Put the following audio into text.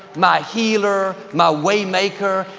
my healer, my way maker.